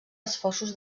esforços